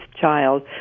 child